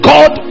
God